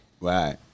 Right